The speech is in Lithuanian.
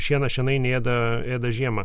šieną šienai neėda ėda žiemą